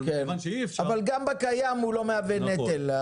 אבל מכיוון שאי אפשר -- גם בקיים הוא לא מהווה נטל.